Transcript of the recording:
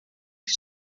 que